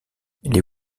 les